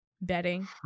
betting